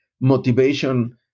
motivation